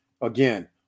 again